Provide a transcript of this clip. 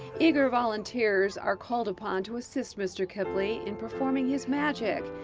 eager volunteers are called upon to assist mister kipley in performing his magic,